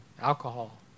Alcohol